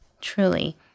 Truly